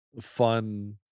fun